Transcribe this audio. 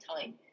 time